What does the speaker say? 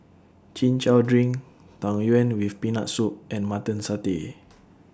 Chin Chow Drink Tang Yuen with Peanut Soup and Mutton Satay